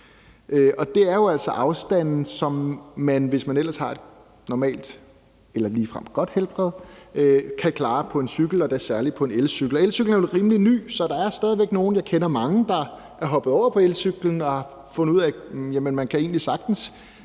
Det er jo altså afstande, som man, hvis man ellers har et normalt eller ligefrem godt helbred, kan klare på en cykel og da særlig på en elcykel. Og elcyklen er jo noget rimelig nyt, men der er nogle, og jeg selv kender mange, der er hoppet over på elcyklen og har fundet ud af, at man egentlig sagtens